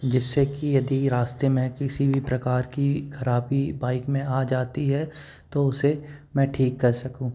जिस से कि यदि रास्ते में किसी भी प्रकार की ख़राबी बाइक में आ जाती है तो उसे मैं ठीक कर सकूँ